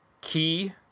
key